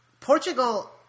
Portugal